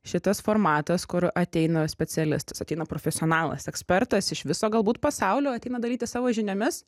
šitas formatas kur ateina specialistas ateina profesionalas ekspertas iš viso galbūt pasaulio ateina dalytis savo žiniomis